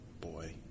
boy